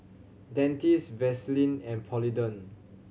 Dentiste Vaselin and Polident